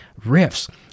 riffs